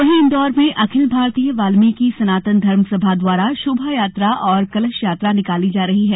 वहीं इन्दौर में अखिल भारतीय वाल्मीकि सनातन धर्म सभा द्वारा शोभायात्रा और कलश यात्रा निकाली जा रही है